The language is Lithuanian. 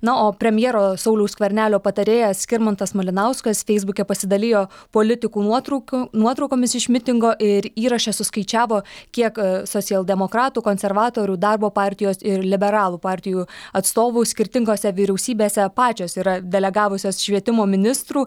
na o premjero sauliaus skvernelio patarėjas skirmantas malinauskas feisbuke pasidalijo politikų nuotrauka nuotraukomis iš mitingo ir įraše suskaičiavo kiek socialdemokratų konservatorių darbo partijos ir liberalų partijų atstovų skirtingose vyriausybėse pačios yra delegavusios švietimo ministrų